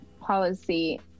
policy